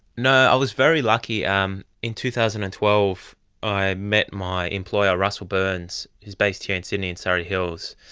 no, i was very lucky, um in two thousand and twelve i met my employer russell byrnes who is based here in sydney in surry hills,